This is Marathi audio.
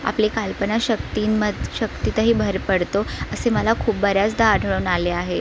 आपली कल्पनाशक्तींम शक्तीतही भर पडतो असे मला खू बऱ्याचदा आढळून आले आहे